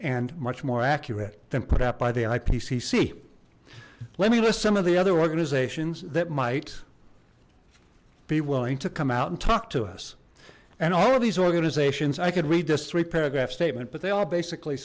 and much more accurate than put out by the ipcc let me list some of the other organizations that might be willing to come out and talk to us and all of these organizations i could read this three paragraph statement but they all basically